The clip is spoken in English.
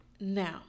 Now